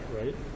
right